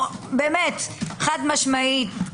חד משמעית.